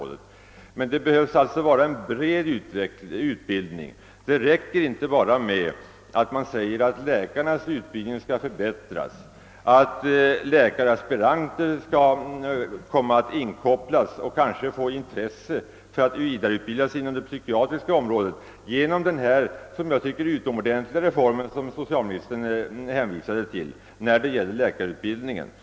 Det behövs alltså en bred utbildning. Det räcker inte med att man säger att läkarnas utbildning skall förbättras samt att läkaraspiranter skall komma att inkopplas och kanske få intresse för att vidareutbilda sig inom det psykiatriska området genom den enligt min mening välkomna reform som socialministern hänvisade till i fråga om läkarutbildningen.